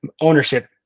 ownership